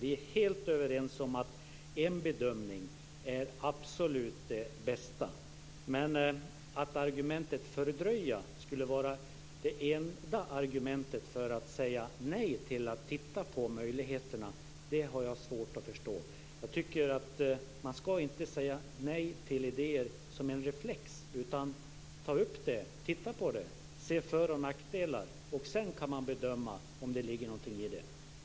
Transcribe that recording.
Vi är helt överens om att en bedömning är det absolut bästa, men att argumentet om att fördröja skulle vara det enda argumentet för att säga nej till att titta på möjligheterna - det har jag svårt att förstå. Jag tycker inte att man ska säga nej till en idé som en reflex, utan att man ska ta upp den, titta på den och se för och nackdelar. Sedan kan man bedöma om det ligger någonting i den.